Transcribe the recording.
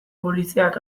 poliziak